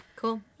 Cool